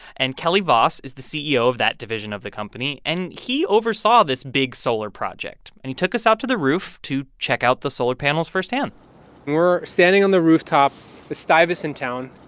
and kelly vohs is the ceo of that division of the company, and he oversaw this big solar project. and he took us out to the roof to check out the solar panels firsthand we're standing on the rooftop of stuyvesant town,